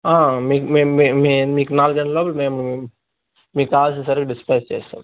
ఆ మిమీ మీ మీకు నాలుగు గంటల లోపల మేము మీకు కావాల్సిన సరుకు డిస్పాచ్ చెస్తాం